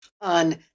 on